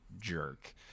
jerk